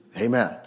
Amen